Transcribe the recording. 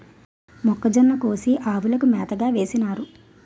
మొక్కజొన్న కోసి ఆవులకు మేతగా వేసినారు